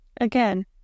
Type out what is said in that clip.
Again